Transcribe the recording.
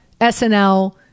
SNL